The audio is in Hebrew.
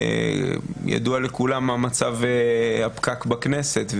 ידוע לכולם מה מצב הפקק בכנסת,